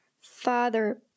Father